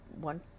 one